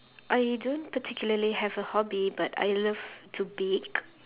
I don't particularly have a hobby but I love to bake